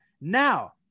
Now